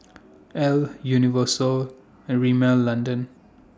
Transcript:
Elle Universal and Rimmel London